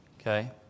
Okay